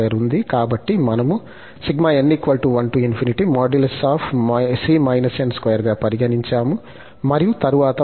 కాబట్టి మనము గా పరిగణించాము మరియు తరువాత మనకు కుడి వైపు ఉంది